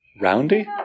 Roundy